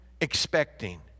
expecting